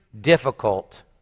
difficult